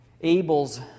Abel's